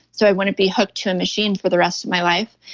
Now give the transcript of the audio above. so i wouldn't be hooked to a machine for the rest of my life.